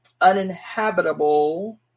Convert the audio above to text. uninhabitable